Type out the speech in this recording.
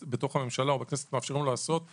בממשלה או בכנסת יאפשרו לו לעשות - יעשו.